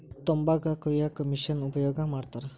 ತಂಬಾಕ ಕೊಯ್ಯಾಕು ಮಿಶೆನ್ ಉಪಯೋಗ ಮಾಡತಾರ